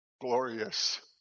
glorious